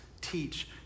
teach